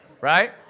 Right